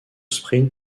sprint